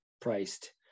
priced